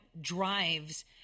drives